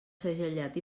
segellat